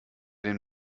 den